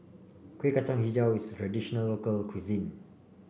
Kuih Kacang hijau is a traditional local cuisine